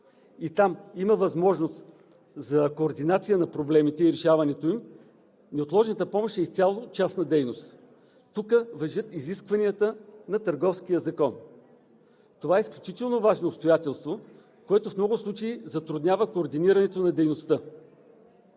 и там има възможност за координация на проблемите и решаването им, неотложната помощ е изцяло частна дейност. Тук важат изискванията на Търговския закон. Това е изключително важно обстоятелство, което в много случаи затруднява координирането на дейността.